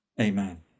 amen